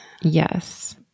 Yes